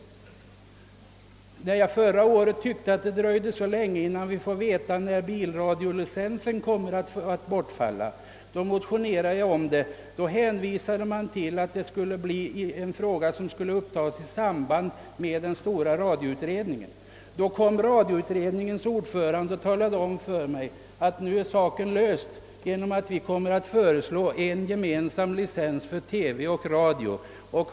Förra året undrade jag återigen varför det dröjde så länge utan att vi fick reda på om bilradiolicensen verkligen skulle slopas. Man hänvisade då till att denna fråga skulle upptas i samband med den stora radioutredningen. Jag fick därefter besked från radioutredningens ordförande att frågan var löst genom att man skulle föreslå en gemensam licens för TV och radio.